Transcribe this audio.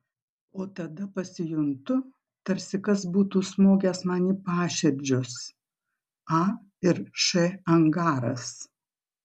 o tada pasijuntu tarsi kas būtų smogęs man į paširdžius a ir š angaras